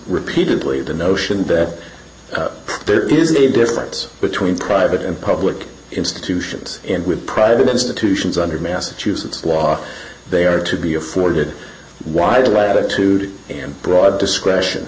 repeatedly the notion that there is a difference between private and public institutions and with private institutions under massachusetts law they are to be afforded wide latitude and broad discretion